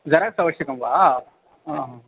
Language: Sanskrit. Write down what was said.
ज़ेराक्स् आवश्यकं वा आम्